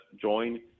join